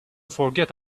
forget